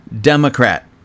Democrat